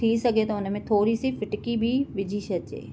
थी सघे त उन में थोरी सी फिटकी बि विझी छॾिजे